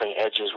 edges